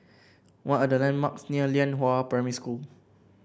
what are the landmarks near Lianhua Primary School